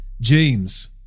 James